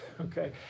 okay